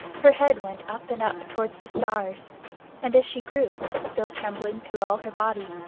her head went up and up towards the stars and as she grew, still trembling through all her body,